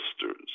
sisters